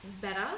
better